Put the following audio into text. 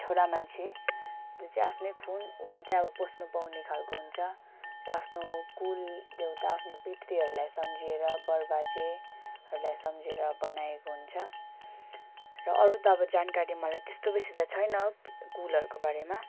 छोरा मान्छे जो चाहिँ आफ्नै खुन उ मात्रै अब पस्नु पाउने खालको हुन्छ र आफ्नो कुल देवता आफ्नो पितृहरूलाई सम्झेर बर बाजेहरूलाई सम्झेर बनाएको हुन्छ र अरू त अब जानकारी मलाई त्यस्तो बेसी त छैन कुलहरूको बारेमा